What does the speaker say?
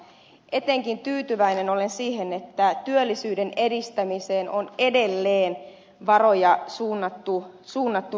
etenkin tyytyväinen olen siihen että työllisyyden edistämiseen on edelleen varoja suunnattu reilusti